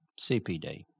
CPD